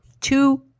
two